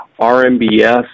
RMBS